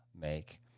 make